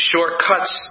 Shortcuts